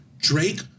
Drake